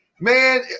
man